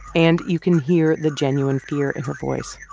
and you can hear the genuine fear in her voice